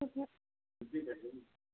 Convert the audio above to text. ꯍꯣꯏ ꯍꯣꯏ